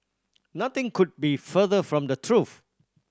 nothing could be further from the truth